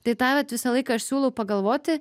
tai tą vat visą laiką aš siūlau pagalvoti